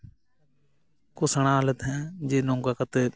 ᱠᱚ ᱥᱮᱬᱟ ᱟᱞᱮ ᱛᱟᱦᱮᱸ ᱡᱮ ᱱᱚᱝᱠᱟ ᱠᱟᱛᱮᱫ